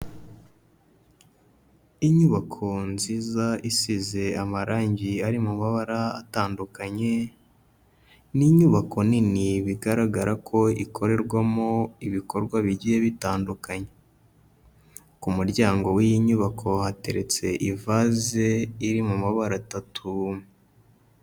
Inyubako nziza isize amarangi ari mu mabara atandukanye, ni inyubako nini bigaragara ko ikorerwamo ibikorwa bigiye bitandukanye, ku muryango w'iyi nyubako hateretse ivaze iri mu mabara atatu.